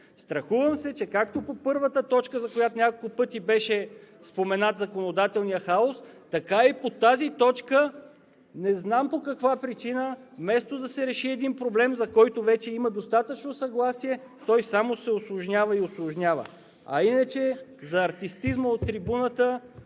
Страхувам се, че както по първата точка, за която няколко пъти беше споменат законодателният хаос, така и по тази точка не знам по каква причина вместо да се реши един проблем, за който вече има достатъчно съгласие, той само се усложнява и усложнява. А иначе за артистизма от трибуната,